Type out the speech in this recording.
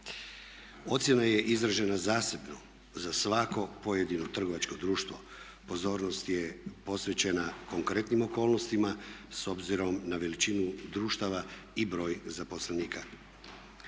Ocjena je izražena zasebno za svako pojedino trgovačko društvo. Pozornost je posvećena konkretnim okolnostima s obzirom na veličinu društava i broj zaposlenika.